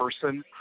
person